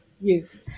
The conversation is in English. use